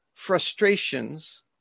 frustrations